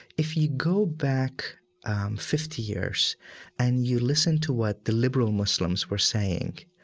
if you go back fifty years and you listen to what the liberal muslims were saying,